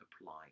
apply